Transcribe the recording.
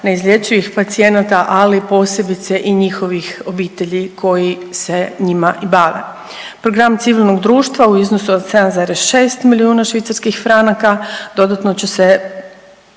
neizlječivih pacijenata, ali posebice i njihovih obitelji koji se njima bave. Program civilnog društva u iznosu od 7,6 milijuna švicarskih franaka dodatno će se